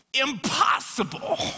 impossible